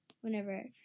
Whenever